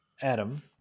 Adam